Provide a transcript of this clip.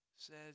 Says